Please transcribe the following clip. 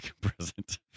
present